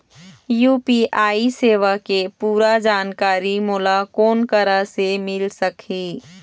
UPI सेवा के पूरा जानकारी मोला कोन करा से मिल सकही?